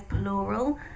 plural